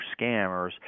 scammers